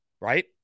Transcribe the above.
right